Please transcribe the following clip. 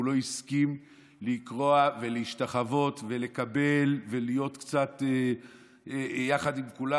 הוא לא הסכים לכרוע ולהשתחוות ולקבל ולהיות קצת יחד עם כולם.